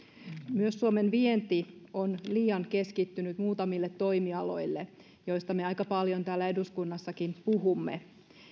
myös suomen vienti on liian keskittynyt muutamille toimialoille joista me aika paljon täällä eduskunnassakin puhumme